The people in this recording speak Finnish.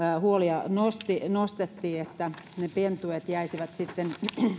huolia nostettiin siitä että pentueet jäisivät sitten